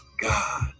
God